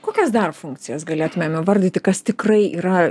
kokias dar funkcijas galėtumėm įvardyti kas tikrai yra